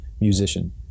musician